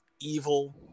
evil